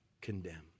condemn